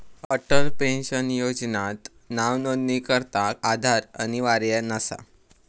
Atal pension योजनात नावनोंदणीकरता आधार अनिवार्य नसा